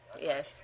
Yes